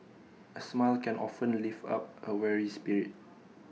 A smile can often lift up A weary spirit